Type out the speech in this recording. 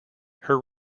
her